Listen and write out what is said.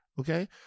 Okay